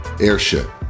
airship